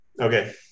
Okay